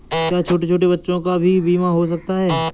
क्या छोटे छोटे बच्चों का भी बीमा हो सकता है?